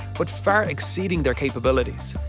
but far exceeding their capabilities.